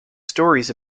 stories